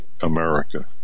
America